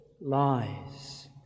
lies